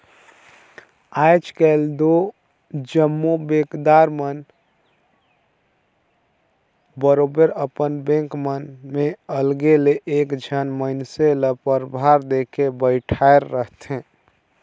आएज काएल दो जम्मो बेंकदार मन बरोबेर अपन बेंक मन में अलगे ले एक झन मइनसे ल परभार देके बइठाएर रहथे